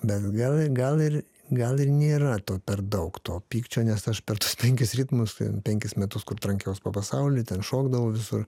bet gal ir gal ir gal ir nėra to per daug to pykčio nes aš per tuos penkis ritmus ten penkis metus kur trankiaus po pasaulį ten šokdavau visur